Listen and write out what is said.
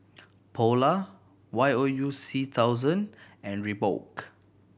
Polar Y O U C thousand and Reebok